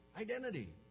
Identity